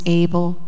able